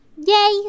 Yay